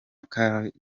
karrueche